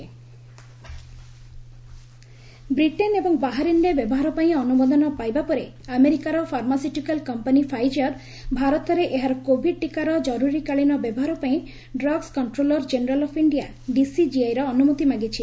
Pfizer corona Britain ଏବଂ ବାହାରିନ୍ରେ ବ୍ୟବହାର ପାଇଁ ଅନୁମୋଦନ ପାଇବା ପରେ ଆମେରିକାର ଫାର୍ମାସ୍ୟୁଟିକାଲ୍ କମ୍ପାନୀ ଫାଇଜର୍ ଭାରତରେ ଏହାର କୋଭିଡ୍ ଟିକାର ଜରୁରୀ କାଳିନ ବ୍ୟବହାର ପାଇଁ drugs controller general of India ଡିସିଜିଆଇର ଅନୁମତି ମାଗିଛି